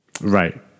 Right